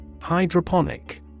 Hydroponic